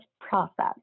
process